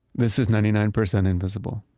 this is ninety nine percent invisible.